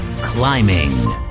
climbing